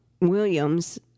Williams